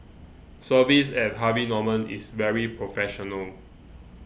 service at Harvey Norman is very professional